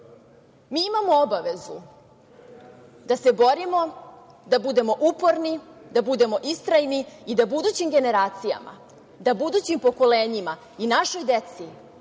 imamo obavezu da se borimo, da budemo uporni, da budemo istrajni i da budućim generacijama, da budućim pokolenjima i našoj deci